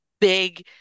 big